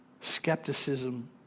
skepticism